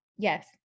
Yes